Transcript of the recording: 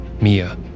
Mia